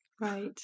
Right